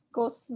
goes